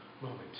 moment